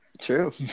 True